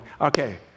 Okay